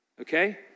okay